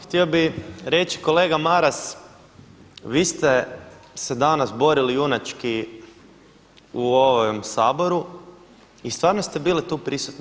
Htio bih reći kolega Maras vi ste se danas borili junački u ovom Saboru i stvarno ste bili tu prisutni.